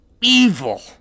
evil